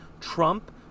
trump